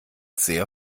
sehr